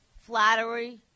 flattery